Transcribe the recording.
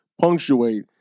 punctuate